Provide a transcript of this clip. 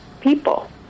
people